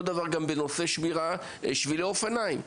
אותו דבר גם בנושא שבילי אופניים.